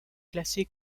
classée